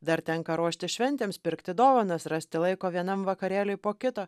dar tenka ruoštis šventėms pirkti dovanas rasti laiko vienam vakarėliui po kito